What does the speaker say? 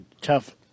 tough